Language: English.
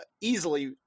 easily